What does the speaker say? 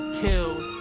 killed